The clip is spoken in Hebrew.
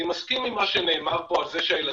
אני מסכים עם מה שנאמר פה על זה שהילדים